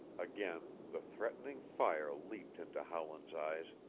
again the threatening fire leaped into howland's eyes.